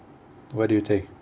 what do you think